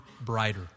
brighter